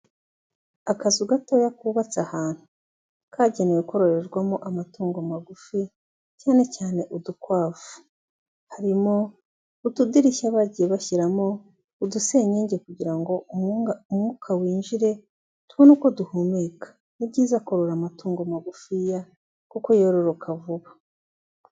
Akazu gatoya kubabatse ahantu kagenewe kororerwamo amatungo magufi cyane cyane udukwavu harimo utudirishya bagiye bashyiramo udusenyenge kugira ngo umwunga umwuka winjire tubone uko duhumeka. Ni byiza kururora amatungo magufiya kuko yororoka vuba.